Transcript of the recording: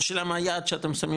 מה היעד שאתם שמים